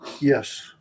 Yes